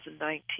2019